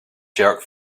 jerk